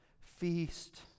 feast